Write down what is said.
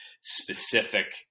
specific